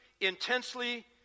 intensely